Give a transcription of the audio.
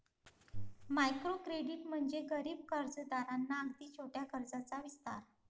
micro credit म्हणजे गरीब कर्जदारांना अगदी छोट्या कर्जाचा विस्तार